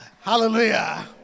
Hallelujah